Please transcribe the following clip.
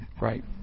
Right